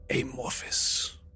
amorphous